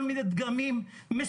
יש כל מיני פגמים מסוכנים.